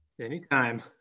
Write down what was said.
Anytime